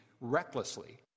recklessly